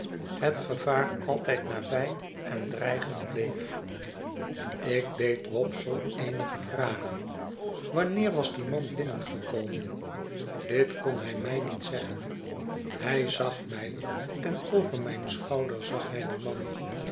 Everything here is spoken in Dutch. het gevaar altijd nabij en dreigend bleef ik deed wopsle eenige vragen wanneer was die man binnengekomen dit kon hij mij niet zeggen hij zag mij en over mijn schouder zag hij dien man